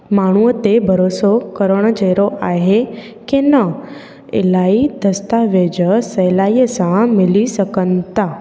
माण्हूअ ते भरोसो करणु जेरो आहे के न इलाही दस्तावेज़ सहुलाईअ सां मिली सघनि था